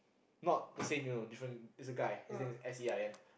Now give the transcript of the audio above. not the saint you know different it's a guy his name is S E I N